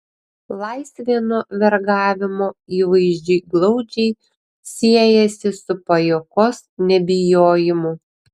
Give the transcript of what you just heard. laisvė nuo vergavimo įvaizdžiui glaudžiai siejasi su pajuokos nebijojimu